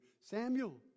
Samuel